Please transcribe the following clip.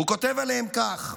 והוא כותב עליהם כך: